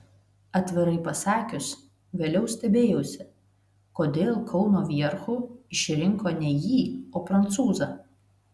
atvirai pasakius vėliau stebėjausi kodėl kauno vierchu išrinko ne jį o prancūzą